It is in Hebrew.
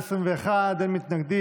והערכת מסוכנות,